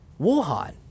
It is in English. Wuhan